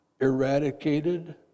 eradicated